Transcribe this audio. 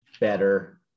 better